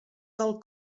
del